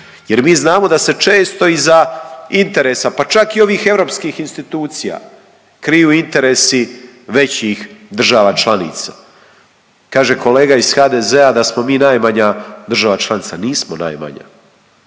Jer mi znamo da se često iza interesa pa čak i ovih europskih institucija, kriju interesi većih država članica. Kaže kolega iz HDZ-a da smo mi najmanja država članica, nismo najmanja,